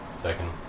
second